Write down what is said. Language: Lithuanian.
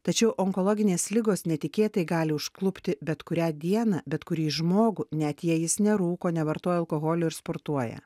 tačiau onkologinės ligos netikėtai gali užklupti bet kurią dieną bet kurį žmogų net jei jis nerūko nevartoja alkoholio ir sportuoja